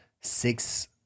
six